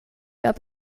gab